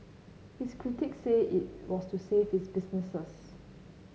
his critics say it was to save his businesses